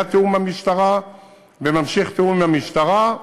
היה תיאום עם המשטרה ונמשיך תיאום עם המשטרה.